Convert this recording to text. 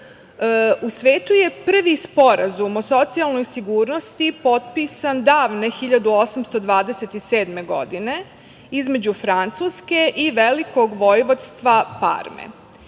svetu je prvi sporazum o socijalnoj sigurnosti potpisan davne 1827. godine, između Francuske i Velikog Vojvodska Parme.